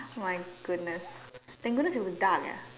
my goodness thank goodness it'll be dark ah